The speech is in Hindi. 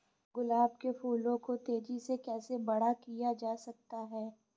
गुलाब के फूलों को तेजी से कैसे बड़ा किया जा सकता है?